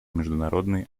международные